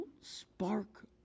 spark